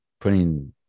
putting